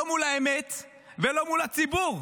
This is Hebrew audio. לא מול האמת ולא מול הציבור.